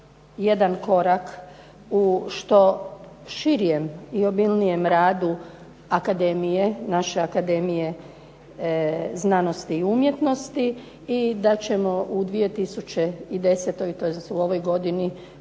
jedan korak u što širem i obilnijem radu akademije, naše Akademije znanosti i umjetnosti i da ćemo u 2010., tj. u ovoj godini